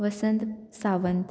Vasant Sawant